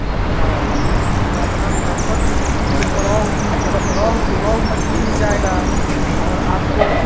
अच्छा तो अपने मुज़फ़्फ़रपुर डिस्टिक में तो रोहू मिल रोहू रोहू मछली मिल जाएगी और आपको